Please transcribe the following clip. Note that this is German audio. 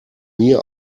mir